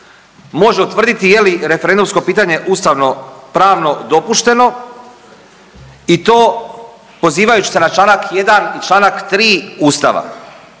može utvrditi je li referendumsko pitanje ustavnopravno dopušteno i to pozivajuć se na čl. 1. i čl. 3. Ustava.